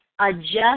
adjust